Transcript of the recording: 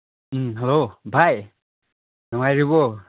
ꯎꯝ hello ꯚꯥꯏ ꯅꯨꯡꯉꯥꯏꯔꯤꯕꯣ